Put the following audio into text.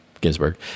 Ginsburg